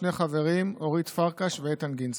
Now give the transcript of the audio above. שני חברים: אורית פרקש ואיתן גינזבורג,